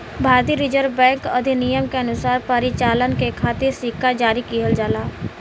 भारतीय reserve bank अधिनियम के अनुसार परिचालन के खातिर सिक्का जारी किहल जाला